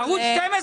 ערוץ 12